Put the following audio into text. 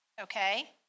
Okay